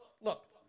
Look